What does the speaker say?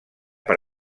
per